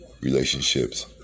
relationships